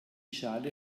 schale